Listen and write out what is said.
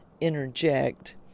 interject